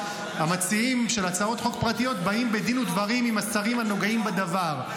המציעים של הצעות חוק פרטיות באים בדין ודברים עם השרים הנוגעים בדבר.